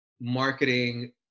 marketing